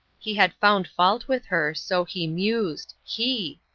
he had found fault with her so he mused he!